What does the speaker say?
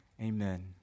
Amen